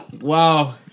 Wow